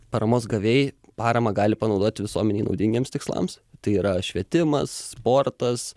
paramos gavėjai paramą gali panaudoti visuomenei naudingiems tikslams tai yra švietimas sportas